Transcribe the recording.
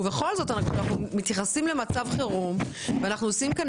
ובכל זאת אנחנו מתייחסים למצב חירום ועושים כאן